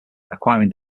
acquiring